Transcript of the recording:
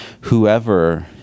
whoever